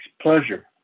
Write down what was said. pleasure